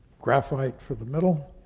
graphite for the middle,